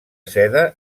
seda